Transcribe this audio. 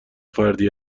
فردی